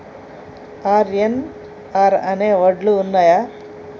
RNR అనే వడ్లు ఉన్నయా?